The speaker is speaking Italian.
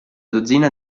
dozzina